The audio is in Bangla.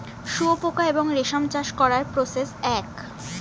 শুয়োপোকা এবং রেশম চাষ করার প্রসেস এক